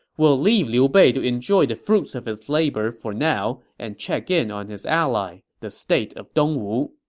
we'll leave liu bei to enjoy the fruits of his labor for now and check in on his ally, the state of dongwu.